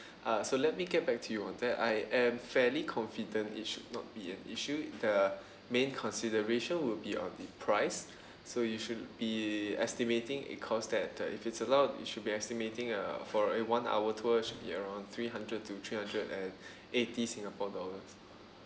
uh so let me get back to you on that I am fairly confident it should not be an issue the main consideration would be on the price so you should be estimating a cost that that if it's allowed you should be estimating a for a one hour tour should around three hundred to three hundred and eighty singapore dollars